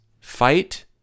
fight